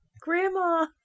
Grandma